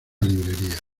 librería